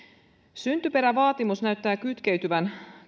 syntyperävaatimus näyttää kytkeytyvän